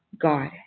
God